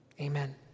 amen